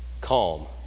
calm